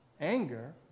Anger